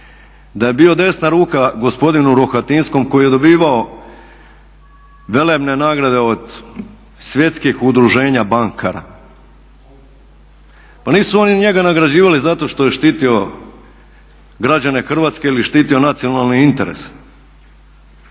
da je bio desna ruka gospodinu Rohatinskom koji je dobivao velebne nagrade od svjetskih udruženja bankara. Pa nisu oni njega nagrađivali zato što je štitio građane Hrvatske ili štitio nacionalne interese,